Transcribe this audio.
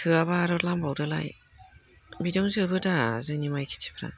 थोआबा आरो नों लांबावदोलाय बिदियावनो जोबोदा जोंनि माइ खेथिफ्रा